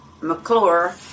McClure